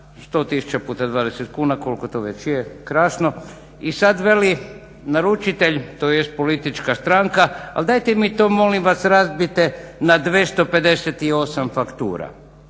100 tisuća puta 20 kuna, koliko to već je, krasno i sad veli naručitelj tj. politička stranka ali dajte mi to molim vas razbijte na 258 faktura